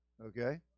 okay